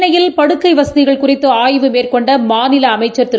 சென்னையில் படுக்கைவசதிகள் குறித்துஆய்வு மேற்கொண்டமாநிலஅமைச்சர் திரு